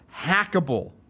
hackable